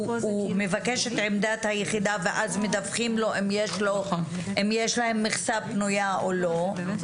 הוא מבקש את עמדת היחידה ואז מדווחים לו אם יש להם מכסה פנויה או לא,